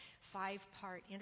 five-part